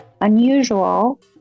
unusual